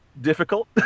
difficult